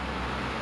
true